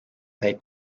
they